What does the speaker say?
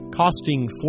Costing